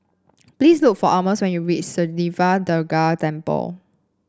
please look for Almus when you reach Sri Siva Durga Temple